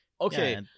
Okay